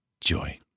joy